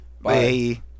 bye